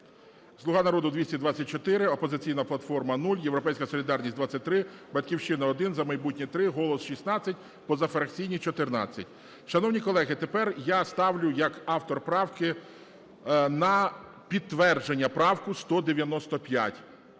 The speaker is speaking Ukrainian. "Слуга народу" - 224, "Опозиційна платформа "– 0, "Європейська солідарність" – 23, "Батьківщина" – 1, "За майбутнє" – 3, "Голос" – 16, позафракційні – 14. Шановні колеги, тепер я ставлю як автор правки на підтвердження правку 195.